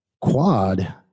quad